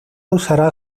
usará